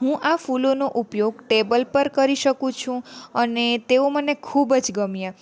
હું આ ફૂલોનો ઉપયોગ ટેબલ પર કરી શકું છું અને તેઓ મને ખૂબ જ ગમ્યાં